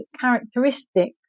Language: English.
characteristics